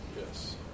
Yes